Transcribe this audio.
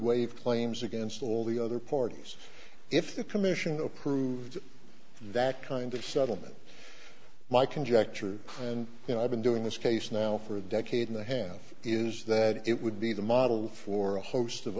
waive claims against all the other parties if the commission approved that kind of settlement my conjecture and you know i've been doing this case now for a decade and a half is that it would be the model for a host of